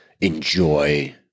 enjoy